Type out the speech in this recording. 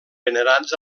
venerats